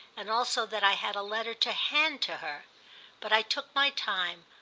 and also that i had a letter to hand to her but i took my time,